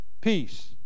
Peace